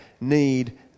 need